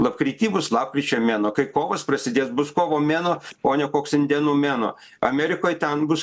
lapkritį bus lapkričio mėnuo kai kovos prasidės bus kovo mėnuo o ne koks indėnų mėnuo amerikoj ten bus